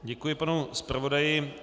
Děkuji panu zpravodaji.